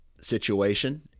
situation